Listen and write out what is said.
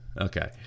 Okay